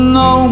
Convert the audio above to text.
no